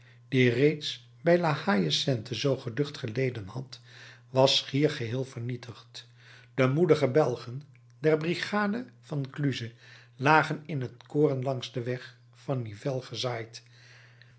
reeds bij la haie sainte zoo geducht geleden had was schier geheel vernietigd de moedige belgen der brigade van kluze lagen in het koren langs den weg van nivelles gezaaid